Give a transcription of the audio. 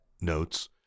notes